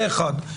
זה אחד.